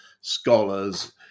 scholars